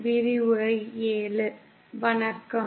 வணக்கம்